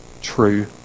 true